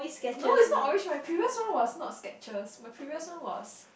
no it's not orange my previous one was not Skechers my previous one was